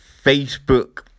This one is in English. Facebook